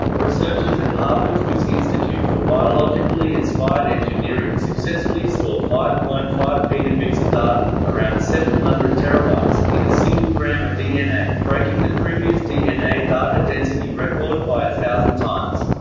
researchers at harvard's wyss institute for biologically inspired engineering successfully store five point five petabits of data around seven hundred terabytes in a single gram of dna, breaking the previous dna data density record by a thousand times.